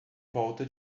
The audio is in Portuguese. volta